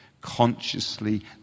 consciously